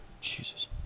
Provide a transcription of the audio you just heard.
Jesus